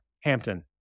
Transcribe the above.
Hampton